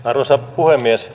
arvoisa puhemies